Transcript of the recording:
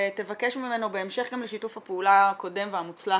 ותבקש ממנו בהמשך גם לשיתוף הפעולה הקודם והמוצלח